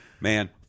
man